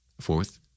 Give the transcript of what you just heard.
Fourth